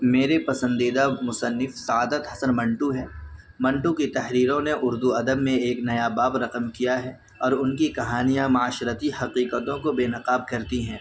میرے پسندیدہ مصنف سعادت حسن منٹو ہیں منٹو کی تحریروں نے اردو ادب میں ایک نیا باب رقم کیا ہے اور ان کی کہانیاں معاشرتی حقیقتوں کو بے نقاب کرتی ہیں